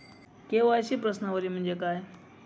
KYC प्रश्नावली म्हणजे काय?